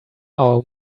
our